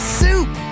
soup